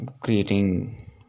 creating